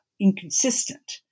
inconsistent